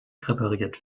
repariert